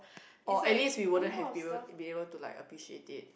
or at least we wouldn't have we will be able to like appreciate it